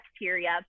bacteria